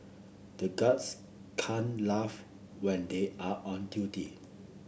the guards can't laugh when they are on duty